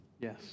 Yes